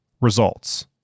Results